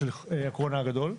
חוק הקורונה הגדול,